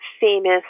famous